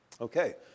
Okay